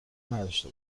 نداشته